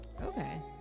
Okay